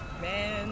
Man